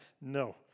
No